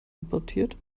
importiert